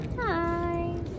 Hi